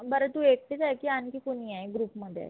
बरं तू एकटीच आहे की आणखी कोणी आहे ग्रुपमध्ये आहेत